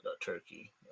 turkey